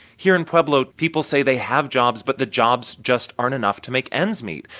here in pueblo, people say they have jobs, but the jobs just aren't enough to make ends meet.